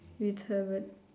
with her but